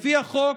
לפי החוק,